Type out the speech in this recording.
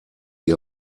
ihr